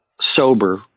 sober